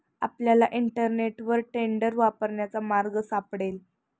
आपल्याला इंटरनेटवर टेंडर वापरण्याचा मार्ग सापडेल